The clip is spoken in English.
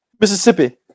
Mississippi